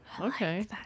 Okay